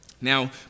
Now